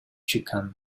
чыккан